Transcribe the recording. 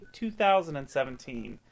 2017